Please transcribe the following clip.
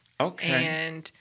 Okay